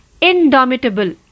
indomitable